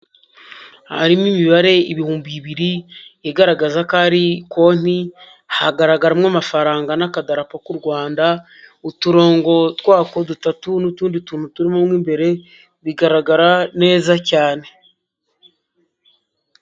Harimo imibare ibihumbi bibiri, igaragaza ko ari konti, hagaragaramo amafaranga n'akadapo k'u Rwanda, uturongo twako dutatu n'utundi tuntu turimo mu imbere bigaragara neza cyane.